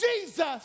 Jesus